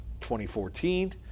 2014